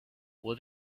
will